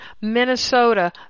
Minnesota